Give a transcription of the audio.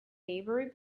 maybury